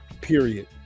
period